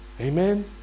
Amen